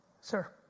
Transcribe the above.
Sir